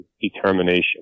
determination